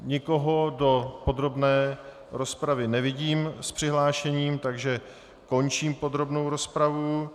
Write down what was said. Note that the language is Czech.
Nikoho do podrobné rozpravy nevidím s přihlášením, takže končím podrobnou rozpravu.